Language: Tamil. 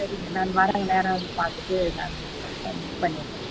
சரிங்க நான் வரேங்க நேராக வந்து பார்த்துட்டு நான் நான் புக் பண்ணிகிறேன்